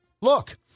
look